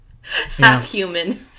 half-human